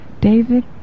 David